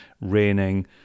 raining